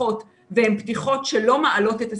פתיחות והן פתיחות שלא מעלות את הסיכון,